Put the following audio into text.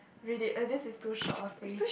read it eh this is too short a phrase